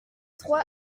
trois